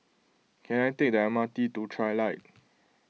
can I take the M R T to Trilight